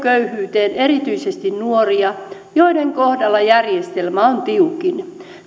ajettu köyhyyteen erityisesti nuoria joiden kohdalla järjestelmä on tiukin